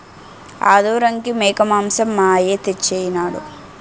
ఆదోరంకి మేకమాంసం మా అయ్య తెచ్చెయినాడు